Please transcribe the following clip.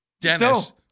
Dennis